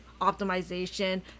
optimization